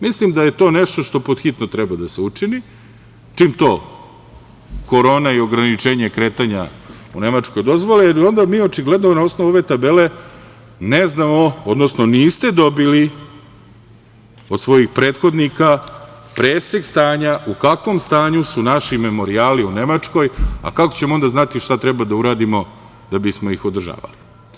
Mislim da je to nešto što pod hitno treba da se učini, čim to korona i ograničenje kretanja u Nemačkoj dozvoli, jer onda mi očigledno na osnovu ove tabele ne znamo, odnosno niste dobili od svojih prethodnika presek stanja u kakvom stanju su naši memorijali u Nemačkoj, a kako ćemo onda znati šta treba da uradimo da bi smo ih održavali.